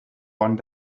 one